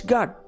God